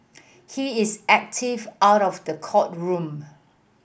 he is active out of the courtroom